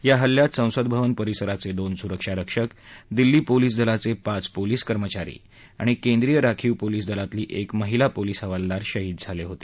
या हल्ल्यात संसदभवन परिसराचे दोन सुरक्षा रक्षक दिल्ली पोलीस दलाचे पाच पोलीस कर्मचारी आणि केंद्रीय राखीव पोलीस दलातली एक महिला पोलीस हवालदार शहीद झाले होते